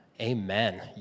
Amen